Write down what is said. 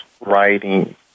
writing